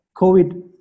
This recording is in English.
COVID